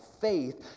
faith